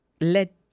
Let